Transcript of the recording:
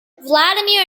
vladimir